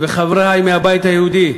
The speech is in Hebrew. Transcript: וחברי מהבית היהודי,